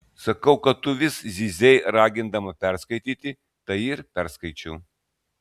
sakau kad tu vis zyzei ragindama perskaityti tai ir perskaičiau